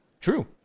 True